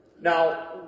Now